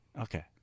Okay